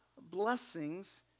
blessings